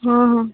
ହଁ ହଁ